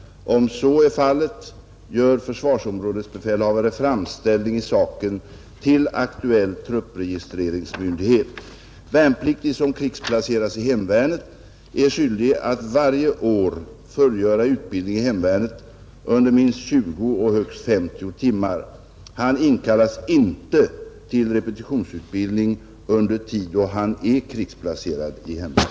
Om så är fallet gör försvarsområdesbefälhavare framställning i saken till aktuell truppregistreringsmyndighet. Värnpliktig som krigsplaceras i hemvärnet är skyldig att varje år fullgöra utbildning i hemvärnet under minst 20 och högst 50 timmar. Han inkallas inte till repetitionsutbildning under tid då han är krigsplacerad i hemvärnet.